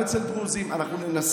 גם אצל דרוזים,